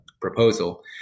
proposal